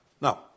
Now